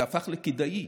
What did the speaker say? זה הפך לכדאי,